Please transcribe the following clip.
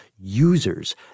users